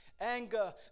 anger